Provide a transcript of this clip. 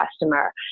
customer